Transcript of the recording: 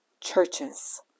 churches